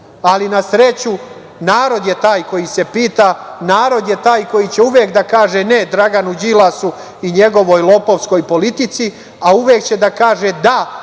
ali na sreću narod je taj koji se pita, narod je taj koji će uvek da kaže – ne, Draganu Đilasu i njegovoj lopovskoj politici, a uvek će da kaže –